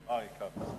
היא כאן.